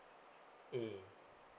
mm